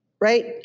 right